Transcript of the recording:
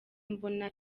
mbona